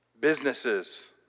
Businesses